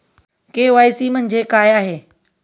KYC म्हणजे काय आहे?